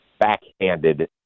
backhanded